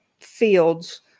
fields